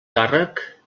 càrrec